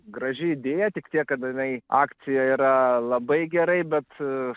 graži idėja tik tiek kad jinai akcija yra labai gerai bet